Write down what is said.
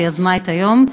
שיזמה את היום.